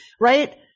right